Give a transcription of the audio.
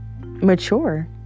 mature